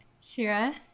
shira